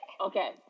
Okay